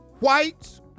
Whites